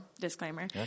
disclaimer